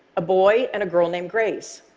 a boy, and a girl named grace.